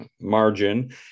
margin